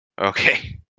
Okay